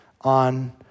on